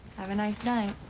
have a nice night.